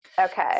Okay